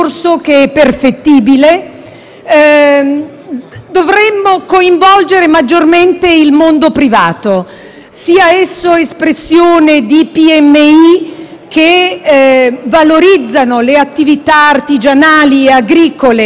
Dovremmo coinvolgere maggiormente il mondo privato, sia esso espressione di piccole e medie imprese, che valorizzano le attività artigianali e agricole tipiche delle isole,